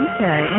Okay